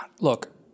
look